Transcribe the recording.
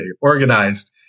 organized